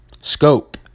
Scope